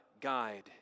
guide